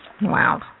Wow